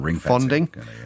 funding